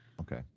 Okay